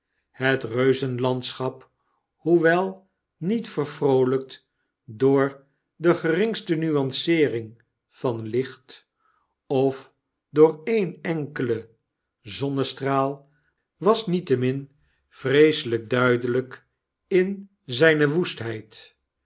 reuzenlandschap hoewel niet vervroolpt door de geringste nuanceering van licht of door een enkelen zonnestraal was niettemin vreeselp duideljjk in zijne